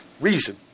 Reason